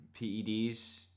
PEDs